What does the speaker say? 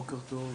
בוקר טוב.